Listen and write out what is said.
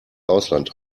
ausland